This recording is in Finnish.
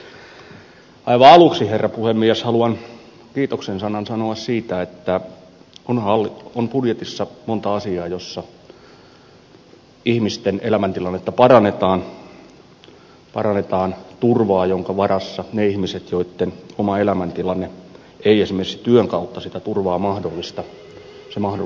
aivan aluksi herra puhemies haluan kiitoksen sanan sanoa siitä että budjetissa on monta asiaa joissa ihmisten elämäntilannetta parannetaan parannetaan turvaa jonka varassa niille ihmisille joitten oma elämäntilanne ei esimerkiksi työn kautta sitä turvaa mahdollista se mahdollistuu sosiaaliturvan kautta